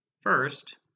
First